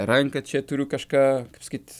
ranką čia turiu kažką sakyt